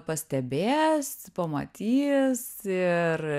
pastebės pamatys ir